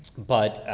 but,